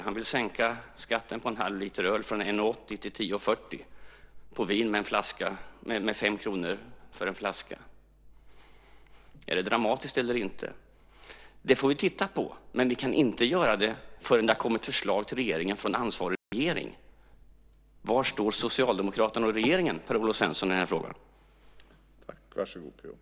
Han vill sänka skatten på en halv liter öl från 11,80 till 10,40 och på vin med 5 kr för en flaska. Är det dramatiskt eller inte? Det får vi titta på, men vi kan inte göra det förrän det har kommit förslag till riksdagen från ansvarig regering. Var står Socialdemokraterna och regeringen i den här frågan, Per-Olof Svensson?